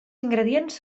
ingredients